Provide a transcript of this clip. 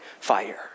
fire